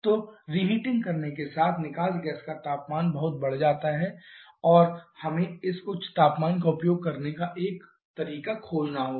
तो रिहीटिंग करने के साथ निकास गैस का तापमान बहुत बड़ा है और हमें इस उच्च तापमान का उपयोग करने का एक तरीका खोजना होगा